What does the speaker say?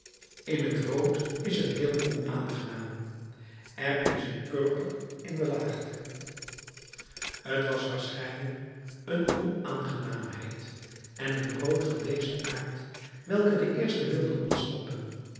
in t rood is het heel onaangenaam er is een purper in de laagte t was waarschijnlijk een onaangenaamheid en een rood van dezen aard welke de eerste wilde ontsnappen